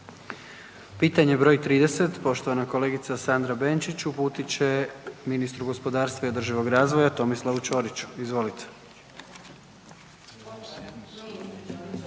Pitanje broj 30, poštovana kolegica Sandra Benčić uputit će ministru gospodarstva i održivog razvoja Tomislavu Čoriću, izvolite.